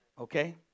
Okay